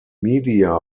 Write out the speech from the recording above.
media